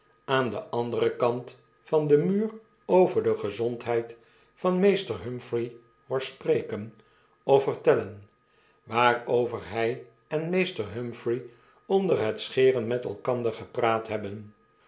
aan den anderen kant van den muur over de gezondheid van meester humphrey hoor spreken of vertellen waarover hy en meester humphrey onder het scheren met elkander gepraat hebben